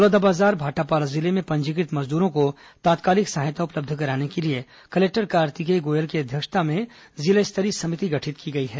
बलौदाबाजार भाटापारा जिले में पंजीकृत मजदूरों को तात्कालिक सहायता उपलब्ध कराने के लिए कलेक्टर कार्तिकेय गोयल की अध्यक्षता में जिला स्तरीय समिति गठित की गई है